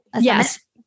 Yes